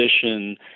position